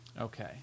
okay